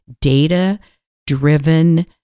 data-driven